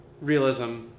realism